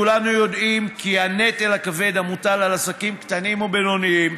כולנו יודעים כי הנטל הכבד המוטל על עסקים קטנים ובינוניים